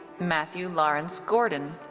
matthew lawrence gordon.